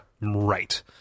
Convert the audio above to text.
Right